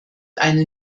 eine